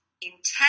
Intent